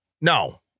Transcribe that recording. No